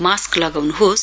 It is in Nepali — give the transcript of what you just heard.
मास्क लगाउनुहोस्